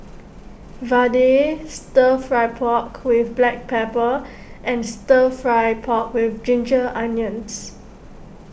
Vadai Stir Fry Pork with Black Pepper and Stir Fried Pork with Ginger Onions